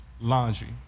laundry